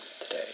today